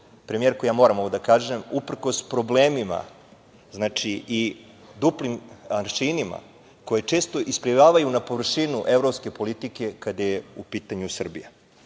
premijerko, moram da kažem, uprkos problemima i duplim aršinima koji često isplivavaju na površinu evropske politike kada je u pitanju Srbija,